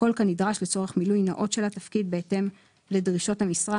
הכל כנדרש לצורך מילוי נאות של התפקיד בהתאם לדרישות המשרה,